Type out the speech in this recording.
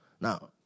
now